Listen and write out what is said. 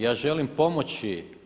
Ja želim pomoći.